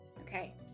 okay